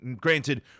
Granted